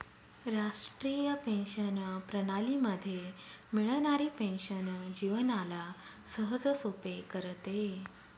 राष्ट्रीय पेंशन प्रणाली मध्ये मिळणारी पेन्शन जीवनाला सहजसोपे करते